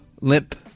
limp